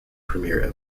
premiere